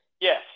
Yes